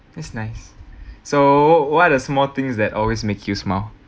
that's nice so why are small things that always make you smile